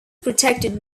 protected